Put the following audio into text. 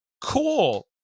cool